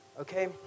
okay